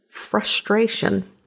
frustration